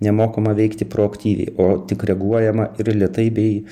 nemokama veikti proaktyviai o tik reaguojama ir lėtai bei